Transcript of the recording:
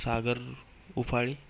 सागर उफाळी